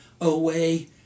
away